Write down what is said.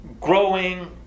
growing